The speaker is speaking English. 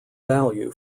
value